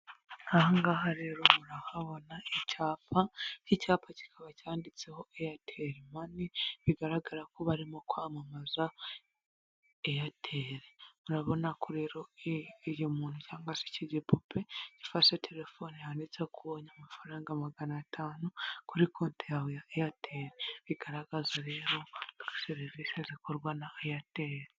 Aha ngaha rero murahabona icyapa, icyapa kikaba cyanditseho Airtel money, bigaragara ko barimo kwamamaza Airtel, murabona ko rero uyu umuntu cyangwa se iki gipupe, gifashe telefone yanditseho ko ubonye amafaranga magana atanu, kuri konti yawe ya Airtel, bigaragaza rero serivisi zikorwa na Airtel.